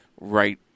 right